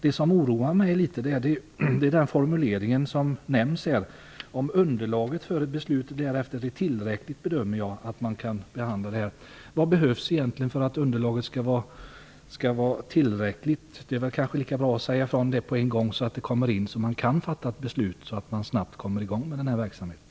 Det som något oroar mig är är den formulering som finns i svaret: ''Om underlaget för ett beslut därefter är tillräckligt bedömer jag att regeringen -- bör kunna fatta sitt beslut''. Vad behövs egentligen för att underlaget skall vara tillräckligt? Det är kanske lika bra att säga det på en gång, materialet kommmer in, och ett beslut kan fattas så att man snabbt kommer i gång med verksamheten.